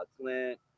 Clint